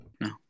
No